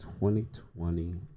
2020